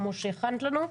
כמו שהכנת לנו.